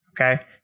Okay